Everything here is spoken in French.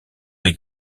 les